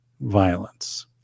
violence